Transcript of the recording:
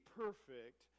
perfect